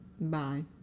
bye